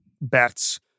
bets